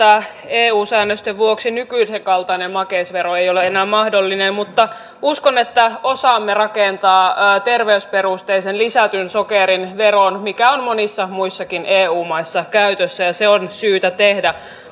eu säännösten vuoksi nykyisen kaltainen makeisvero ei ole enää mahdollinen mutta uskon että osaamme rakentaa terveysperusteisen lisätyn sokerin veron mikä on monissa muissakin eu maissa käytössä ja se on syytä tehdä